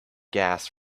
gas